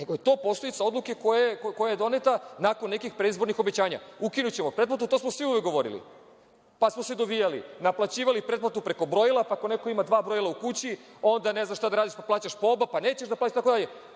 nego je to posledica odluke koja je doneta nakon nekih predizbornih obećanja. Ukinućemo pretplatu – to smo svi uvek govorili pa smo se dovijali, naplaćivali pretplatu preko brojila, pa ako neko ima dva brojila u kući, onda ne znaš šta da radiš, plaćaš oba, pa nećeš da plaćaš, itd.